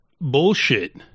bullshit